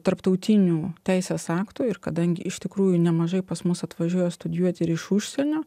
tarptautinių teisės aktų ir kadangi iš tikrųjų nemažai pas mus atvažiuoja studijuoti ir iš užsienio